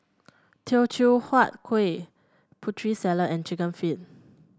Teochew Huat Kueh Putri Salad and chicken feet